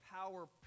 power